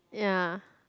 ya